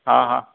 हा हा